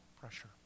pressure